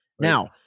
Now